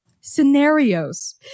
scenarios